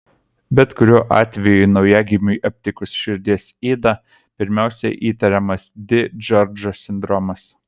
bet kuriuo atveju naujagimiui aptikus širdies ydą pirmiausia įtariamas di džordžo sindromas